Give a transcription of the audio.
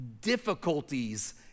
difficulties